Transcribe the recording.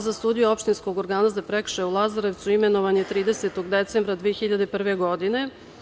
Za sudiju opštinskog organa za prekršaje u Lazarevcu imenovan je 30. decembra 2001. godine.